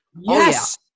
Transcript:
Yes